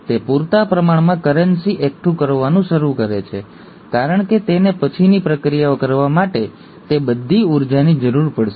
તે પૂરતા પ્રમાણમાં કરેંસી એકઠું કરવાનું શરૂ કરે છે કારણ કે તેને પછીની પ્રક્રિયાઓ કરવા માટે તે બધી ઊર્જાની જરૂર પડશે